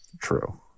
True